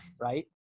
right